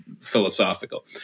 philosophical